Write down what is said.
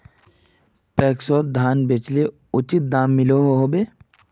पैक्सोत धानेर बेचले उचित दाम मिलोहो होबे?